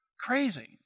crazy